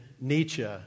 Nietzsche